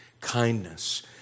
kindness